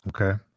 okay